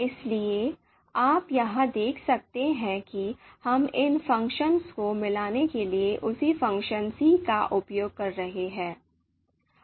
इसलिए आप यहां देख सकते हैं कि हम इन फंक्शंस को मिलाने के लिए उसी फंक्शन c का उपयोग कर रहे हैं